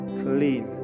clean